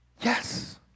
Yes